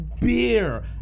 beer